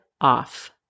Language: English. off